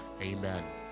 Amen